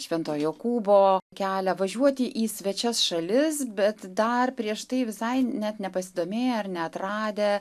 švento jokūbo kelią važiuoti į svečias šalis bet dar prieš tai visai net nepasidomėję ar neatradę